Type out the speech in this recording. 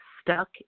stuck